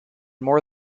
more